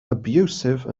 abusive